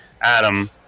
Adam